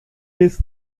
bist